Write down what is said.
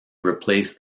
replace